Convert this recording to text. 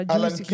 Alan